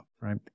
right